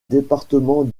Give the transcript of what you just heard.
département